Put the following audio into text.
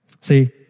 See